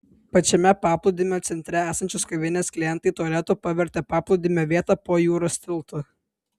pačiame paplūdimio centre esančios kavinės klientai tualetu pavertė paplūdimio vietą po jūros tiltu